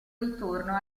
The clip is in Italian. ritorno